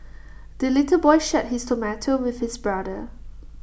the little boy shared his tomato with his brother